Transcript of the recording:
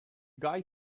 guy